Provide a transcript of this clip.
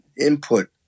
input